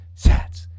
sats